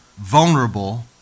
vulnerable